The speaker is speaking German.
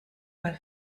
mal